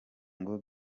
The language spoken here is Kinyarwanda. ngo